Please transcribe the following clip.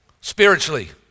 spiritually